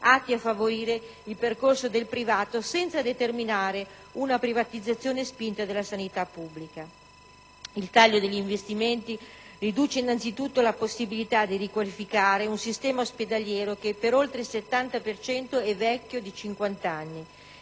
atti a favorire il concorso del privato, senza determinare una privatizzazione spinta della sanità pubblica. Il taglio degli investimenti riduce innanzitutto la possibilità di riqualificare un sistema ospedaliero che per oltre il 70 per cento è vecchio